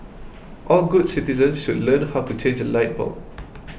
all good citizens should learn how to change a light bulb